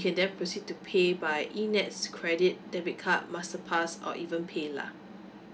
and then proceed to pay by E N_E_T_S credit debit card master pass or even paylah